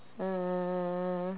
um